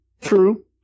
True